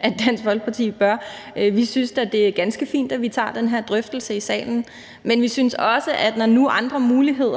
at Dansk Folkeparti bør. Vi synes da, det er ganske fint, at vi tager den her drøftelse i salen. Men vi synes også, at når nu andre muligheder